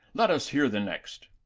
let us hear the next.